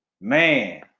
man